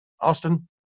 Austin